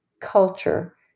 culture